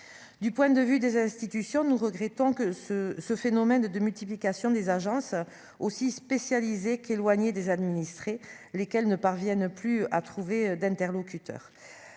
du point de vue des institutions nous, regrettant que ce ce phénomène de multiplication des agences aussi spécialisés qu'éloigné des administrés, lesquels ne parviennent plus à trouver d'interlocuteurs,